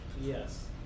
Yes